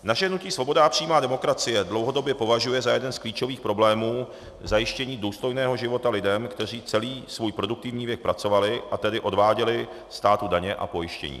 Naše hnutí Svoboda a přímá demokracie považuje za jeden z klíčových problémů zajištění důstojného života lidem, kteří celý svůj produktivní věk pracovali, a tedy odváděli státu daně a pojištění.